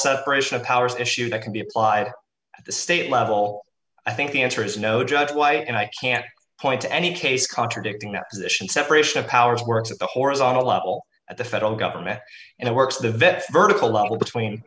separation of powers issue that can be applied at the state level i think the answer is no judge white and i can't point to any case contradicting that position separation of powers works at the horizontal level at the federal government and it works the vet vertical level between